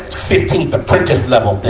fifteenth apprentice level thing,